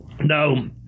No